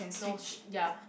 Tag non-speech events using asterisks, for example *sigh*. no *noise* ya